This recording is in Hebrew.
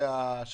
זה לא משנה כלום,